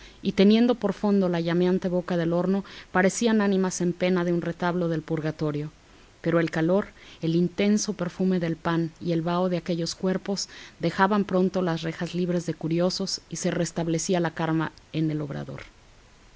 y teniendo por fondo la llameante boca del horno parecían ánimas en pena de un retablo del purgatorio pero el calor el intenso perfume del pan y el vaho de aquellos cuerpos dejaban pronto las rejas libres de curiosos y se restablecía la calma en el obrador